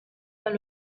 dans